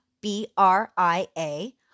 B-R-I-A